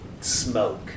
smoke